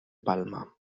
palma